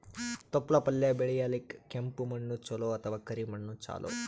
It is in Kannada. ತೊಪ್ಲಪಲ್ಯ ಬೆಳೆಯಲಿಕ ಕೆಂಪು ಮಣ್ಣು ಚಲೋ ಅಥವ ಕರಿ ಮಣ್ಣು ಚಲೋ?